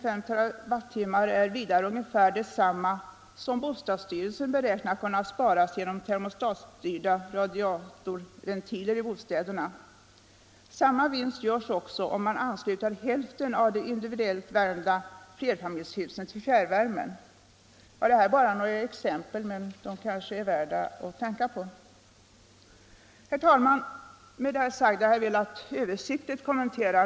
Jag kan i och för sig förstå moderaternas dilemma här. De talar å ena sidan om att man naturligtvis måste planera, men å andra sidan vill de inte frånta industrin beslutanderätten. Jag förstår att det var detta dilemma som gjorde att herr Wennerfors var tvungen att ta till sådana brösttoner.